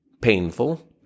Painful